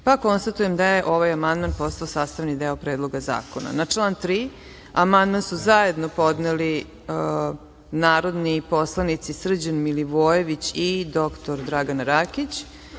pa konstatujem da je ovaj amandman postao sastavni deo Predloga zakona. Na član 3. amandman su zajedno podneli narodni poslanici Srđan Milivojević i dr Dragana